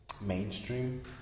mainstream